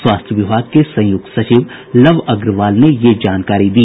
स्वास्थ्य विभाग के संयुक्त सचिव लव अग्रवाल ने यह जानकारी दी